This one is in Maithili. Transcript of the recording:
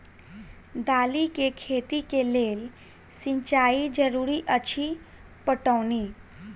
दालि केँ खेती केँ लेल सिंचाई जरूरी अछि पटौनी?